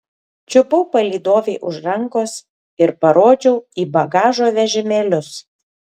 čiupau palydovei už rankos ir parodžiau į bagažo vežimėlius